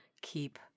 Keep